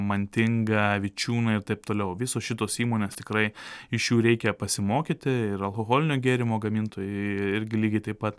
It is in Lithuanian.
mantinga vičiūnai ir taip toliau visos šitos įmonės tikrai iš jų reikia pasimokyti ir alkoholinio gėrimo gamintojai irgi lygiai taip pat